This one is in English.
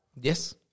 Yes